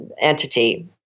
entity